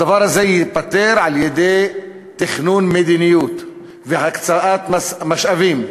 הדבר הזה ייפתר על-ידי תכנון מדיניות והקצאת משאבים.